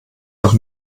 doch